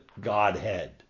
godhead